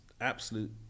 absolute